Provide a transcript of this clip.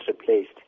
replaced